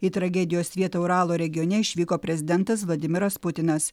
į tragedijos vietą uralo regione išvyko prezidentas vladimiras putinas